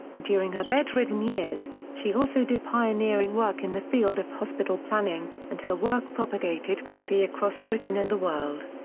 during her bedridden years, she also did pioneering work in the field of hospital planning, and her work propagated quickly across britain and the world.